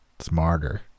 Smarter